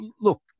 look